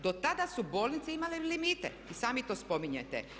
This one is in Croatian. Do tada su bolnice imale limite, i sami to spominjete.